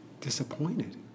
disappointed